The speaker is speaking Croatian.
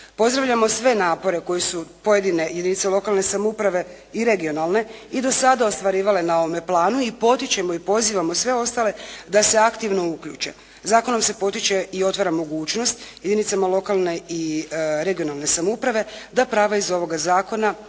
Pozdravljamo sve napore koji su pojedine jedinice lokalne samouprave i regionalne i do sada ostvarivale na ovome planu i potičemo i pozivamo sve ostale da se aktivno uključe. Zakonom se potiče i otvara mogućnost jedinicama lokalne i regionalne samouprave da prava iz ovoga zakona,